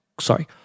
Sorry